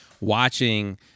watching